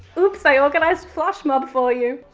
oops i organised flash mob for you.